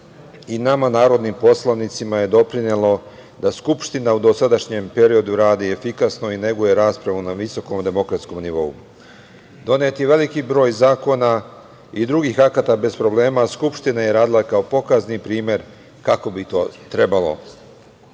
i nama narodnim poslanicima je doprinelo da Skupština u dosadašnjem periodu radi efikasno i neguje raspravu na visokom demokratskom nivou. Donet je veliki broj zakona i drugih akata bez problema, a Skupština je radila kao pokazni primer kako bi to